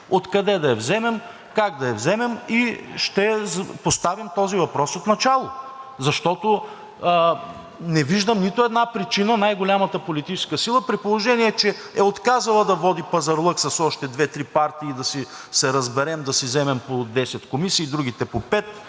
откъде да я вземем, как да я вземем, и ще поставим този въпрос отначало, защото не виждам нито една причина най-голямата политическа сила, при положение че е отказала да води пазарлък, с още две-три партии да се разберем, да си вземем по 10 комисии, другите по